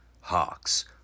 Hawks